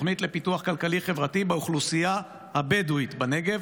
תוכנית לפיתוח כלכלי חברתי באוכלוסייה הבדואית בנגב,